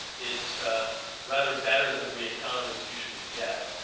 it's rather better than we economists usually get.